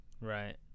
Right